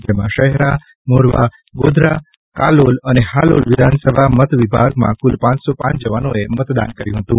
જેમાં શહેરા મોરવા ગોધરા અને કાલોલ તથા હાલોલ વિધાનસભા મતદાર વિભાગમાં કુલ પાંચસો પાંચ જવાનોએ મતદાન કર્યું હતું